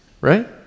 Right